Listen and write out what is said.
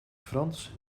frans